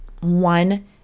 one